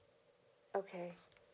okay